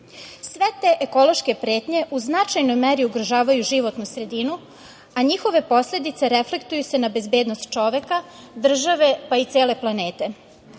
te ekološke pretnje u značajnoj meri ugrožavaju životnu sredinu a njihove posledice reflektuju se na bezbednost čoveka, države, pa i cele planete,